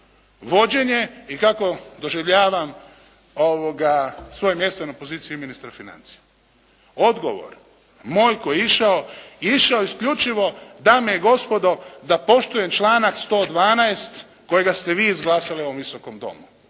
vođenje i kako doživljavam svoje mjesto na poziciji ministra financija. Odgovor moj koji je išao je išao isključivo dame i gospodo da poštujem članak 112. kojega ste vi izglasali u ovom Visokom domu.